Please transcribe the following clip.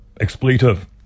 expletive